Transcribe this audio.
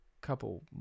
couple